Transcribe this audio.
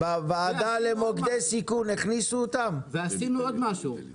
בוועדה למוקדי סיכון, הכניסו אותם או לא?